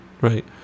Right